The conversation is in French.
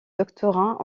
doctorat